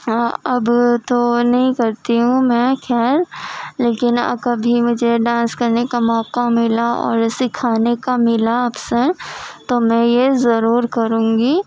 اب تو نہیں کرتی ہوں میں خیر لیکن اب کبھی مجھے ڈانس کرنے کا موقع ملا اور سکھانے کا ملا اوسر تومیں یہ ضرور کروں گی